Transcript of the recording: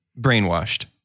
brainwashed